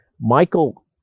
Michael